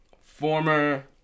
former